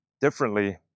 differently